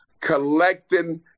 collecting